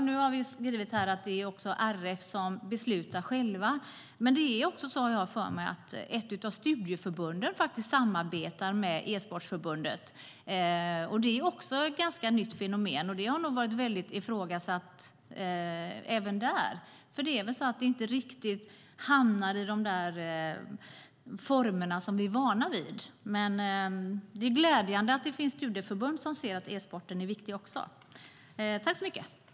Nu har vi skrivit att RF beslutar själva, men jag har faktiskt för mig att ett av studieförbunden faktiskt samarbetar med e-sportförbundet. Det är också ett ganska nytt fenomen, och det har nog också varit ganska ifrågasatt. Det hamnar väl inte riktigt i de former som vi är vana vid. Men det är glädjande att det finns studieförbund som ser att e-sporten är viktig också. Överläggningen var härmed avslutad.